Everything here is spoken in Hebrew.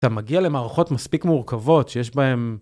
אתה מגיע למערכות מספיק מורכבות שיש בהן.